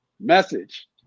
Message